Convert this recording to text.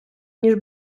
ніж